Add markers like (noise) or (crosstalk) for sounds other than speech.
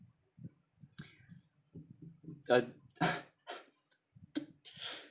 (noise) the (coughs)